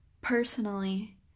Personally